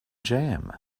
jam